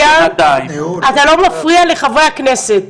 אתה לא מפריע לחברי הכנסת.